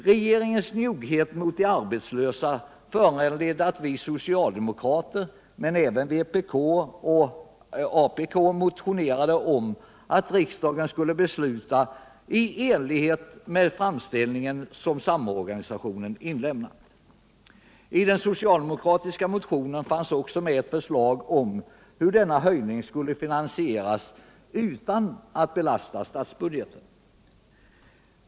Regeringens njugghet mot de arbetslösa föranledde oss socialdemokrater men även vpk och apk att motionera om att riksdagen skulle besluta i enlighet med den framställning som samorganisationen inlämnat. I den socialdemokratiska motionen finns också med ett förslag om hur denna höjning skall finansieras utan att belasta statsbudgeten.